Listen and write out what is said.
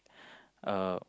uh